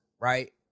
right